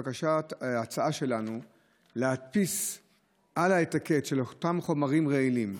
ההצעה שלנו היא להדפיס על האטיקט של אותם חומרים רעילים,